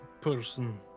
person